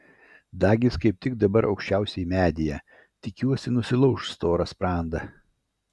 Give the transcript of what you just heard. dagis kaip tik dabar aukščiausiai medyje tikiuosi nusilauš storą sprandą